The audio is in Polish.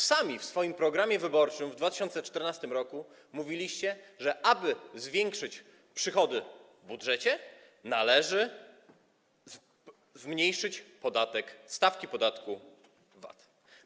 Sami w swoim programie wyborczym w 2014 r. mówiliście, że aby zwiększyć przychody w budżecie, należy zmniejszyć podatek, stawki podatki VAT.